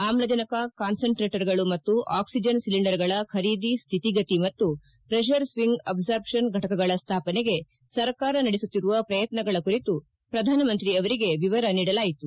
ಆಮ್ಲಜನಕ ಕಾನ್ಸಂಟ್ರೇಟರ್ಗಳು ಮತ್ತು ಆಕ್ಷಿಜನ್ ಸಿಲಿಂಡರ್ಗಳ ಖರೀದಿ ಸ್ಲಿತಿಗತಿ ಮತ್ತು ಪ್ರೆಷರ್ ಸ್ವಿಂಗ್ ಅಬ್ಲಾರ್ಪ್ಷನ್ ಫಟಕಗಳ ಸ್ವಾಪನೆಗೆ ಸರ್ಕಾರ ನಡೆಸುತ್ತಿರುವ ಪ್ರಯತ್ನಗಳ ಕುರಿತು ಪ್ರಧಾನಮಂತ್ರಿ ಅವರಿಗೆ ವಿವರ ನೀಡಲಾಯಿತು